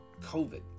COVID